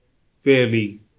fairly